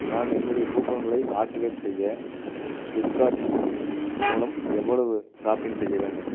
நான் என்னுடைய கூப்பன்களை ஆக்டிவேட் செய்ய ஃப்ளிப்கார்ட் மூலம் எவ்வளவு ஷாப்பிங் செய்ய வேண்டும்